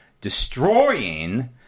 destroying